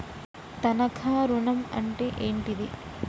తనఖా ఋణం అంటే ఏంటిది?